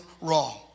wrong